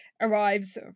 arrives